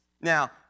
Now